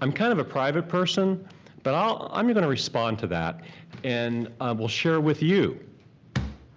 i'm kind of a private person but um i'm gonna respond to that and i will share with you